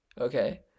okay